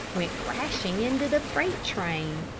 went crashing into the freight train.